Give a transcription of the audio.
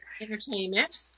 entertainment